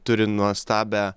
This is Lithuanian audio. turi nuostabią